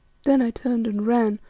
then i turned and ran,